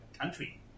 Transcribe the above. country